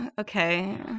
okay